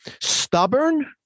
stubborn